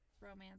romance